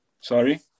Sorry